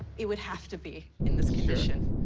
it would have to be in this condition.